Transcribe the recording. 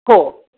हो